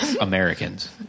Americans